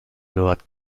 dort